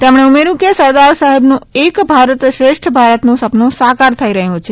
તેમણે ઉમેર્યુ કે સરદાર સાહેબનું એક ભારત શ્રેષ્ઠ ભારતનું સપનું સાકર થઇ રહ્યું છે